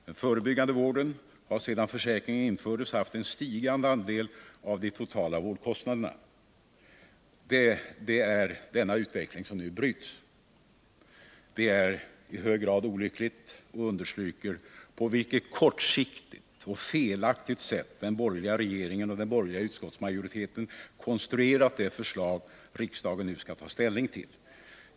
Den förebyggande vården har sedan försäkringen infördes haft en stigande andel av de totala vårdkostnaderna. Det är denna utveckling som nu bryts. Det är i hög grad olyckligt och understryker på vilket kortsiktigt och felaktigt sätt den borgerliga regeringen och den borgerliga utskottsmajoriteten konstruerat det förslag riksdagen nu skall ta ställning till.